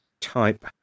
type